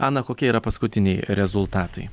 ana kokia yra paskutiniai rezultatai